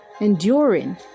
Enduring